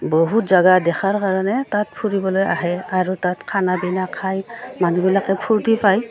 বহুত জাগা দেখাৰ কাৰণে তাত ফুৰিবলৈ আহে আৰু তাত খানা পিনা খাই মানুহবিলাকে ফূৰ্তি পায়